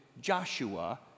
Joshua